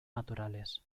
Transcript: naturales